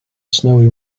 snowy